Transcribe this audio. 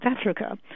Africa